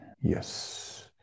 Yes